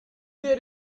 there